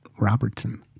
Robertson